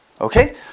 Okay